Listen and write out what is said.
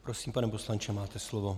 Prosím, pane poslanče, máte slovo.